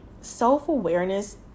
self-awareness